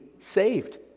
saved